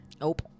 nope